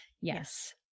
Yes